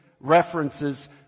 references